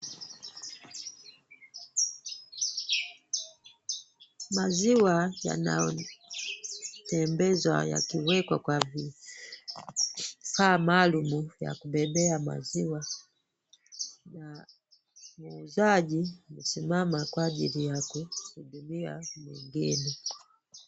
Maziwa yanatembezwa yakiwekwa kwa vifaa maalum ya kubebea maziwa na muuzaji amesimama kwa ajili yakuhudumia mwingine.